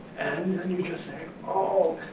and then you just say, oh,